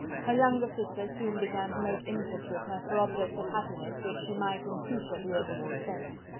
her younger sisters soon began to make interest with her for objects of happiness which she might in future be able to dispense.